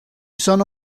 sono